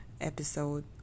Episode